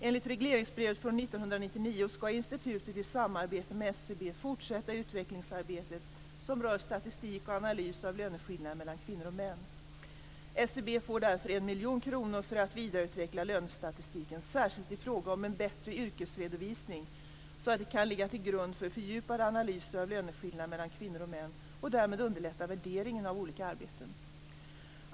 Enligt regleringsbrevet för år 1999 skall institutet i samarbete med SCB fortsätta utvecklingsarbetet som rör statistik och analys av löneskillnader mellan kvinnor och män. SCB får därför 1 miljon kronor för att vidareutveckla lönestatistiken, särskilt i fråga om en bättre yrkesredovisning, så att den kan ligga till grund för fördjupade analyser av löneskillnader mellan kvinnor och män och därmed underlätta värderingen av olika arbeten.